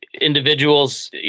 individuals